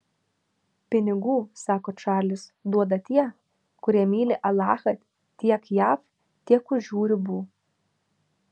pinigų sako čarlis duoda tie kurie myli alachą tiek jav tiek už jų ribų